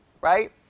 right